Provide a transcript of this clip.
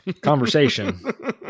conversation